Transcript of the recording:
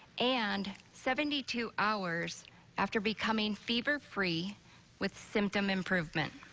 and seventy two hours after becoming fever free with symptom improvement.